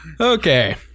Okay